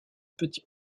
petit